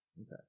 Okay